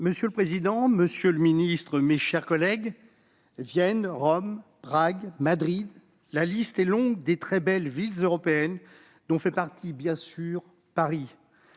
Monsieur le président, monsieur le secrétaire d'État, mes chers collègues, Vienne, Rome, Prague, Madrid, la liste est longue des très belles villes européennes dont fait partie, bien sûr, Paris